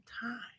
time